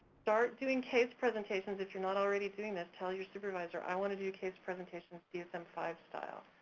start doing case presentations, if you're not already doing this, tell your supervisor, i wanna do case presentations dsm five style,